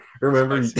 remember